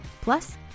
Plus